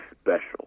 special